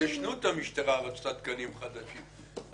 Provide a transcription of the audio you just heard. להתיישנות המשטרה רצתה תקנים חדשים.